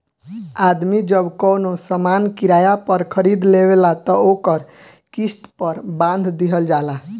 आदमी जब कवनो सामान किराया पर खरीद लेवेला त ओकर किस्त पर बांध दिहल जाला